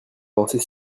avancée